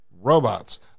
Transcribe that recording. robots